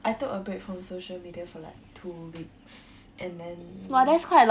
I took a break from social media for like two weeks and then